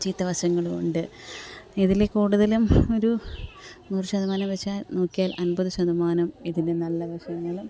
ചീത്ത വശങ്ങളുമുണ്ട് ഇതിൽ കൂടുതലും ഒരു നൂറ് ശതമാനം വച്ചാൽ നോക്കിയാല് അമ്പത് ശതമാനം ഇതിൻ്റെ നല്ല വശങ്ങളും